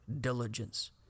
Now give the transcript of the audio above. diligence